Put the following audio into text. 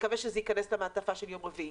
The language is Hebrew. נקווה שזה יכנס למעטפה של יום רביעי.